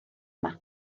yma